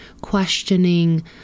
questioning